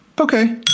okay